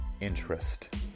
interest